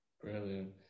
brilliant